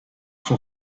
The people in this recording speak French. son